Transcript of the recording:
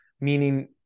Meaning